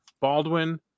Baldwin-